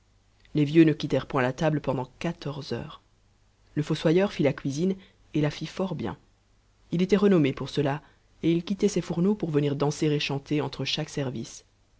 les vieux ne quittèrent point la table pendant quatorze heures le fossoyeur fit la cuisine et la fit fort bien il était renommé pour cela et il quittait ses fourneaux pour venir danser et chanter entre chaque service